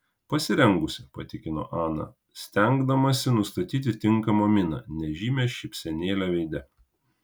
pasirengusi patikino ana stengdamasi nustatyti tinkamą miną nežymią šypsenėlę veide